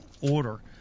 order